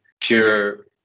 pure